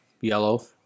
Yellow